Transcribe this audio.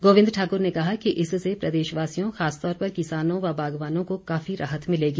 गोविंद ठाकुर ने कहा कि इससे प्रदेशवासियों खासतौर पर किसानों व बागवानों को काफी राहत मिलेगी